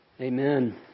Amen